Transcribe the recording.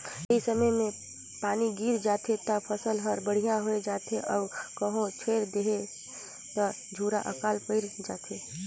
सही समय मे पानी गिर जाथे त फसल हर बड़िहा होये जाथे अउ कहो छोएड़ देहिस त झूरा आकाल पइर जाथे